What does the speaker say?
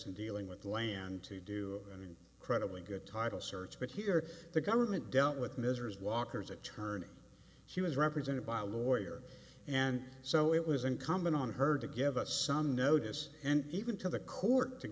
and dealing with land to do and credibly good title search but here the government dealt with measures walkers attorney she was represented by a lawyer and so it was incumbent on her to give us some notice and even to the court to